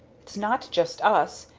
it's not just us,